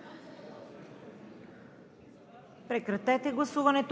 режим на гласуване.